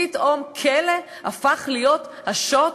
פתאום כלא הפך להיות השוט,